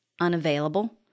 unavailable